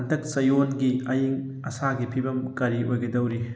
ꯍꯟꯇꯛ ꯆꯌꯣꯜꯒꯤ ꯑꯌꯤꯡ ꯑꯁꯥꯒꯤ ꯐꯤꯕꯝ ꯀꯔꯤ ꯑꯣꯏꯒꯗꯧꯔꯤ